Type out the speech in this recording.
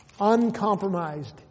Uncompromised